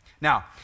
Now